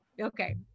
Okay